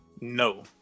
No